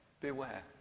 beware